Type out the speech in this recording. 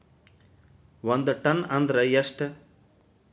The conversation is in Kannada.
ಒಂದ್ ಟನ್ ಅಂದ್ರ ಎಷ್ಟ?